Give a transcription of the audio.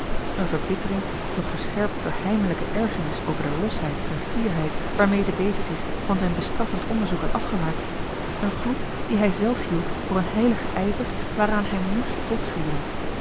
eene verbittering nog gescherpt door heimelijke ergernis over de losheid en fierheid waarmede deze zich van zijn bestraffend onderzoek had afgemaakt een gloed dien hij zelf hield voor een heiligen ijver waaraan hij moest botvieren